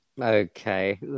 Okay